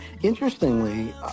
interestingly